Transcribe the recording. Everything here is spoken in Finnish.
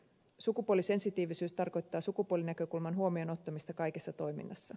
sukupuolisensitiivisyys tarkoittaa sukupuolinäkökulman huomioon ottamista kaikessa toiminnassa